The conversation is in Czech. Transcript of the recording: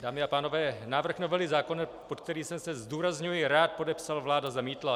Dámy a pánové, návrh novely zákona, pod který jsem se, zdůrazňuji, rád podepsal, vláda zamítla.